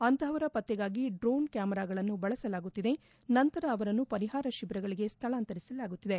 ಅಂತಹವರ ಪತ್ತೆಗಾಗಿ ಡ್ರೋನ್ ಕ್ಯಾಮರಾಗಳನ್ನು ಬಳಸಲಾಗುತ್ತಿದೆ ನಂತರ ಅವರನ್ನು ಪರಿಹಾರ ಶಿಬಿರಗಳಿಗೆ ಸ್ಥಳಾಂತರಿಸಲಾಗುತ್ತಿದೆ